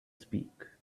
speak